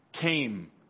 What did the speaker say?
came